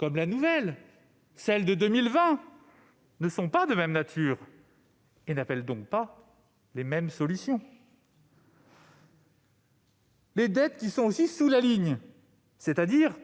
aussi la nouvelle, celle de 2020, ne sont pas de même nature et n'appellent donc pas les mêmes solutions. Les dettes sous la ligne,